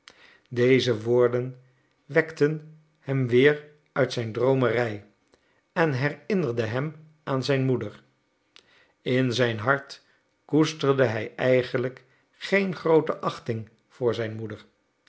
deze woorden wekten hem weer uit zijn droomerij en herinnerde hem aan zijn moeder in zijn hart koesterde hij eigenlijk geen groote achting voor zijn moeder